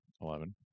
eleven